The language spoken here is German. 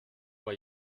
vor